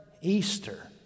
Easter